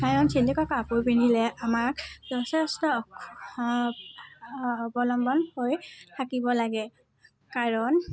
কাৰণ ছিল্কৰ কাপোৰ পিন্ধিলে আমাৰ যথেষ্ট অৱলম্বন কৰি থাকিব লাগে কাৰণ